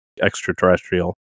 extraterrestrial